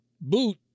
boot